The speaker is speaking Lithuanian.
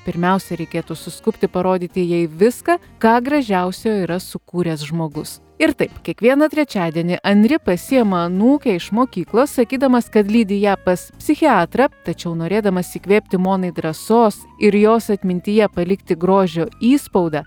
pirmiausia reikėtų suskubti parodyti jai viską ką gražiausio yra sukūręs žmogus ir taip kiekvieną trečiadienį anri pasiima anūkę iš mokyklos sakydamas ka lydi ją pas psichiatrą tačiau norėdamas įkvėpti monai drąsos ir jos atmintyje palikti grožio įspaudą